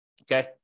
Okay